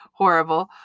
Horrible